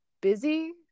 busy